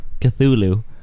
Cthulhu